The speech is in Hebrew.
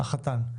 החתן.